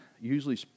usually